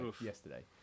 yesterday